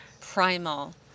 primal